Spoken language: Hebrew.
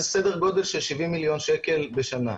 זה סדר גודל של 70 מיליון שקל בשנה.